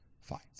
fights